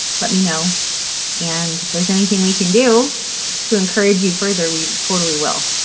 let me know and if there's anything we can do to encourage you further, we totally will.